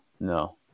No